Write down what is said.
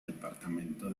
departamento